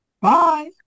Bye